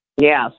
Yes